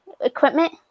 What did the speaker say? equipment